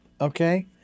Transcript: Okay